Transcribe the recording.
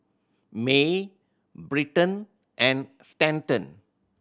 Mae Bryton and Stanton